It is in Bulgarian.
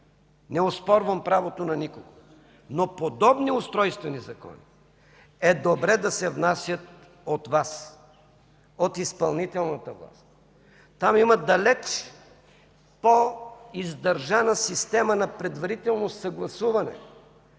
не оспорвам правото на никого, но подобни устройствени закони е добре да се внасят от Вас, от изпълнителната власт. Там има далеч по-издържана система на предварително съгласуване